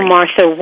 Martha